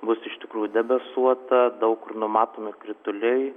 bus iš tikrųjų debesuota daug kur numatomi krituliai